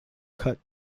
cut